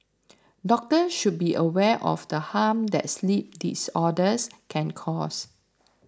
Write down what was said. doctor should be aware of the harm that sleep disorders can cause